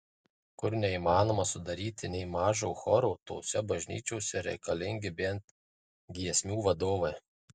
kur neįmanoma sudaryti nė mažo choro tose bažnyčiose reikalingi bent giesmių vadovai